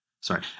Sorry